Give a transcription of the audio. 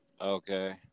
okay